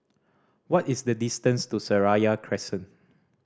what is the distance to Seraya Crescent